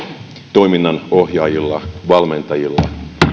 toiminnanohjaajilla valmentajilla